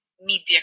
media